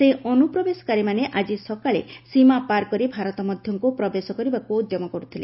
ସେହି ଅନୁପ୍ରବେଶକାରୀମାନେ ଆଜି ସକାଳେ ସୀମା ପାର କରି ଭାରତ ମଧ୍ୟକୁ ପ୍ରବେଶ କରିବାକୁ ଉଦ୍ୟମ କରୁଥିଲେ